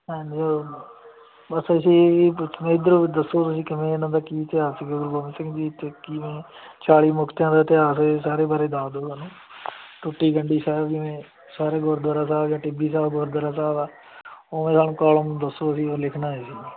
ਹਾਂਜੀ ਉਹ ਬਸ ਅਸੀਂ ਇਹ ਹੀ ਪੁੱਛਣਾ ਇੱਧਰੋਂ ਦੱਸੋ ਤੁਸੀਂ ਕਿਵੇਂ ਇਹਨਾਂ ਦਾ ਕੀ ਇਤਿਹਾਸ ਗੁਰੂ ਗੋਬਿੰਦ ਸਿੰਘ ਜੀ ਅਤੇ ਕਿਵੇਂ ਚਾਲ੍ਹੀ ਮੁਕਤਿਆਂ ਦਾ ਇਤਿਹਾਸ ਇਹ ਸਾਰੇ ਬਾਰੇ ਦੱਸ ਦਓ ਸਾਨੂੰ ਟੁੱਟੀ ਗੰਡੀ ਸਾਹਿਬ ਜਿਵੇਂ ਸਾਰੇ ਗੁਰਦੁਆਰਾ ਸਾਹਿਬ ਜਾਂ ਟਿੱਬੀ ਸਾਹਿਬ ਗੁਰਦੁਆਰਾ ਸਾਹਿਬ ਆ ਉਵੇਂ ਸਾਨੂੰ ਕੋਲਮ ਦੱਸੋ ਅਸੀਂ ਉਹ ਲਿਖਣਾ ਹੈ ਜੀ